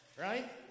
right